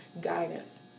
guidance